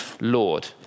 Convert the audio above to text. Lord